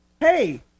hey